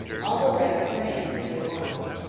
all the rest ran for dear life.